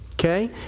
Okay